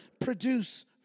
produce